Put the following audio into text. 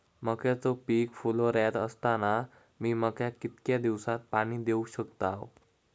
मक्याचो पीक फुलोऱ्यात असताना मी मक्याक कितक्या दिवसात पाणी देऊक शकताव?